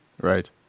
Right